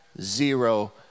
zero